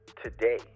Today